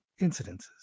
incidences